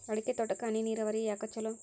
ಅಡಿಕೆ ತೋಟಕ್ಕ ಹನಿ ನೇರಾವರಿಯೇ ಯಾಕ ಛಲೋ?